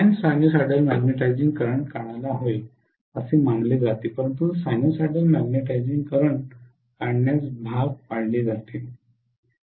हे non sinusoidal magnetizing current काढायला हवे असे मानले जाते परंतु साइनसॉइडल मॅग्नेटिझिंग करंट काढण्यास भाग पाडले जाते